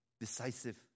decisive